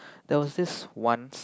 there was this once